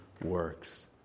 Works